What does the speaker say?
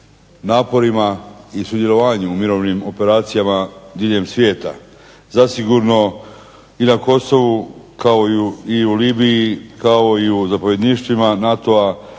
naporima i sudjelovanjima u mirovnim operacijama diljem svijeta. Zasigurno i na Kosovu kao i u Libiji, kao i u zapovjedništvima NATO-a